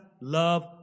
love